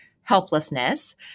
helplessness